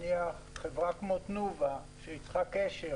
כמו תנובה, שצריכה קשר